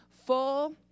full